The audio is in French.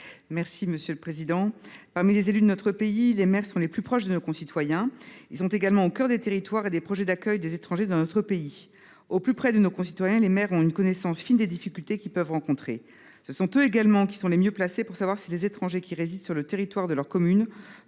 proposé par M. Rochette. Des élus de notre pays, les maires sont les plus proches de nos concitoyens. Ils sont également au cœur des territoires et des projets d’accueil des étrangers. Au plus près de nos concitoyens, les maires ont une connaissance fine des difficultés qu’ils peuvent rencontrer. Ce sont également les mieux placés pour savoir si les étrangers qui résident sur le territoire de leur commune